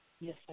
Yes